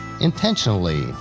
intentionally